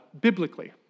biblically